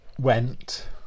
went